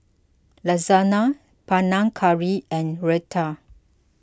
Lasagna Panang Curry and Raita